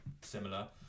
similar